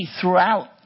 throughout